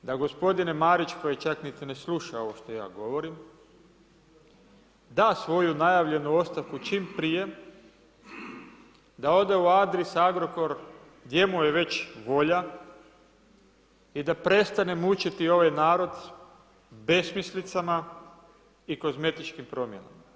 Da gospodine Marić, koji čak niti ne sluša ovo što ja govorim, da svoju najavljenu ostavku da čim prije, da ode u Adris, Agrokor, gdje mu je već volja i da prestane mučiti ovaj narod besmislicama i kozmetičkim promjenama.